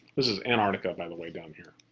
this is antarctica, by the way, down here.